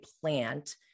plant